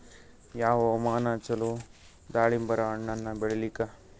ಯಾವ ಹವಾಮಾನ ಚಲೋ ದಾಲಿಂಬರ ಹಣ್ಣನ್ನ ಬೆಳಿಲಿಕ?